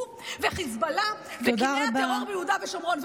הוא וחיזבאללה וקיני הטרור ביהודה ושומרון.